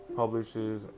publishes